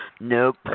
Nope